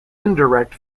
indirect